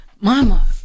Mama